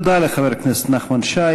תודה לחבר הכנסת נחמן שי.